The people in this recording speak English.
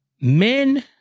Men